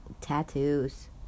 Tattoos